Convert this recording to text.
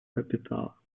капитала